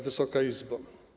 Wysoka Izbo!